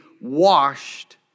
washed